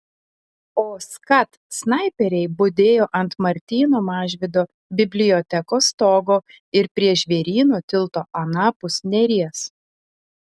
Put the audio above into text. o skat snaiperiai budėjo ant martyno mažvydo bibliotekos stogo ir prie žvėryno tilto anapus neries